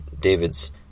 David's